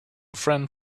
friend